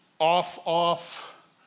off-off